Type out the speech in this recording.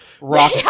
Rock